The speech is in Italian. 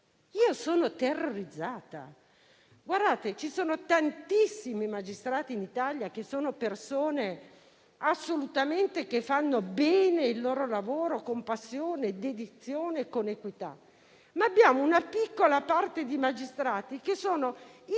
Io sono terrorizzata. Ci sono tantissimi magistrati in Italia che fanno assolutamente bene il loro lavoro, con passione, con dedizione e con equità. Ma abbiamo una piccola parte di magistrati che sono